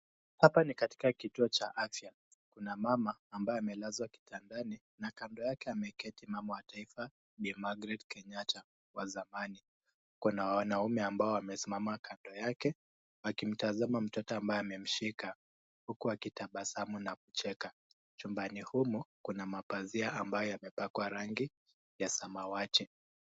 Hapa ni katika kituo cha afya. Kuna mama ambaye amelazwa kitandani na kando yake ameketi mama wa taifa, Bi. Magret Kenyatta, wa zamani. Kuna wanaume ambao wamesimama kando yake wakimtazama mtoto ambaye amemshika huku wakitabasamu na kucheka. Chumbani humo, kuna mapazia ambayo yamepakwa rangi ya samawati.